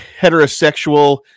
heterosexual